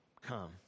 come